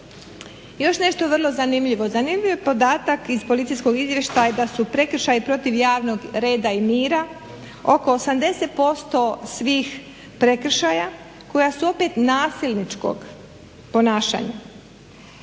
Još nešto vrlo zanimljivo. Zanimljiv je podatak iz policijskog izvještaja da su prekršaji protiv javnog reda i mira oko 80% svih prekršaja koja su opet nasilničkog ponašanja.